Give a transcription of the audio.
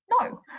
No